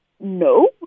No